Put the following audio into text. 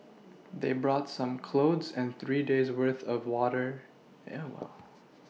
they brought some clothes and three days' worth of water yeah well